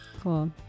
Cool